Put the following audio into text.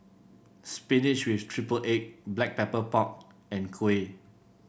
spinach with triple egg Black Pepper Pork and kuih